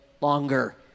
longer